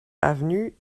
avenue